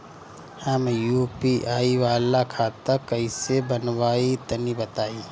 हम यू.पी.आई वाला खाता कइसे बनवाई तनि बताई?